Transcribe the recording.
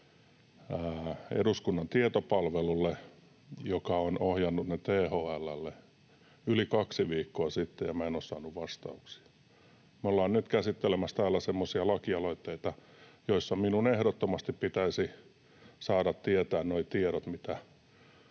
eduskunnan tietopalvelulle, joka on ohjannut ne THL:lle yli kaksi viikkoa sitten, ja minä en ole saanut vastauksia. Me ollaan nyt käsittelemässä täällä semmoisia lakialoitteita, joissa minun ehdottomasti pitäisi saada tietää nuo tiedot,